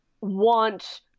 want